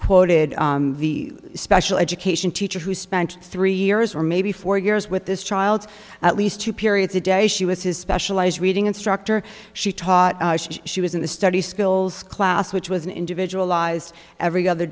quoted the special education teacher who spent three years or maybe four years with this child at least two periods a day she was his specialized reading instructor she taught she was in the study skills class which was an individual lies every other